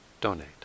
donate